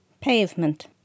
Pavement